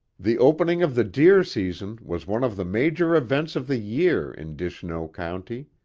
the opening of the deer season was one of the major events of the year in dishnoe county.